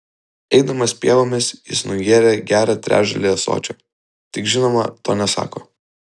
eidamas pievomis jis nugėrė gerą trečdalį ąsočio tik žinoma to nesako